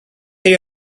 chi